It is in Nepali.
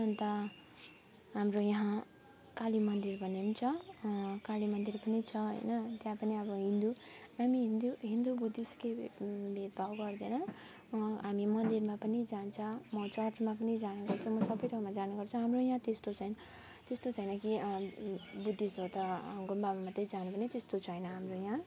अन्त हाम्रो यहाँ कालीमन्दिर भन्ने पनि छ कालीमन्दिर पनि छ होइन त्यहाँ पनि अब हिन्दू हामी हिन्दू हिन्दू बुद्धिस्ट केही भेदभाव गर्दैन हामी मन्दिरमा पनि जान्छ म चर्चमा पनि जाने गर्छ म सबै ठाउँमा जाने गर्छ हाम्रो यहाँ त्यस्तो छैन त्यस्तो छैन कि बुद्धिस्ट हो त गुम्बामा मात्रै जानुपर्ने त्यस्तो छैन हाम्रो यहाँ